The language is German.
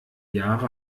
jahre